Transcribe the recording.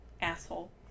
Asshole